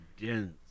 dense